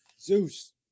Zeus